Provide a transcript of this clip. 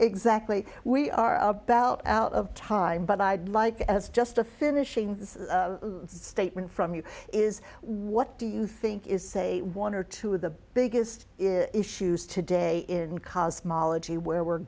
exactly we are about out of time but i'd like as just a finishing statement from you is what do you think is say one or two of the biggest is issues today in cosmology where we're